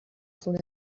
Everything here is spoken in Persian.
خونه